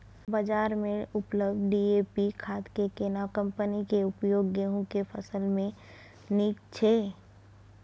बाजार में उपलब्ध डी.ए.पी खाद के केना कम्पनी के उपयोग गेहूं के फसल में नीक छैय?